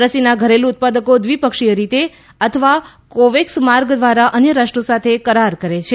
રસીના ઘરેલુ ઉત્પાદકો દ્વિપક્ષીય રીતે અથવા કોવેક્સ માર્ગ દ્વારા અન્ય રાષ્ટ્રો સાથે કરાર કરે છે